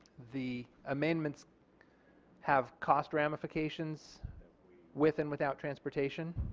the amendments have cost ramifications with and without transportation?